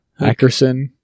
Ackerson